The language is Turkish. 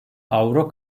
avro